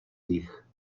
nich